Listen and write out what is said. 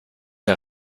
der